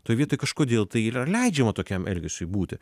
toj vietoj kažkodėl tai yra leidžiama tokiam elgesiui būti